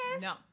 No